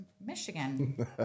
Michigan